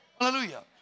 Hallelujah